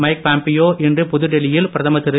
Mike Pompeo இன்று புதுடெல்லியில் பிரதமர் திரு